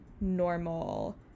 normal